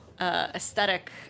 aesthetic